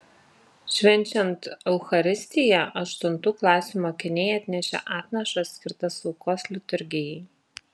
švenčiant eucharistiją aštuntų klasių mokiniai atnešė atnašas skirtas aukos liturgijai